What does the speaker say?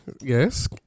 Yes